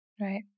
Right